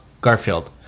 Garfield